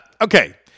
okay